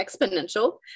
exponential